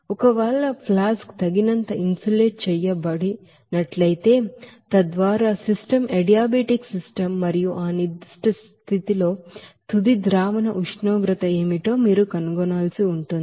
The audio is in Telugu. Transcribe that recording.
ఒకవేళ ఫ్లాస్క్ తగినంత ఇన్సులేట్ చేయబడినట్లయితే తద్వారా సిస్టమ్ అడియాబాటిక్ సిస్టమ్ మరియు ఆ నిర్ధిష్ట స్థితిలో ಫೈನಲ್ ಸೊಲ್ಯೂಷನ್ ಟೆಂಪರೇಚರ್ ఏమిటో మీరు కనుగొనాల్సి ఉంటుంది